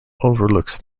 overlooks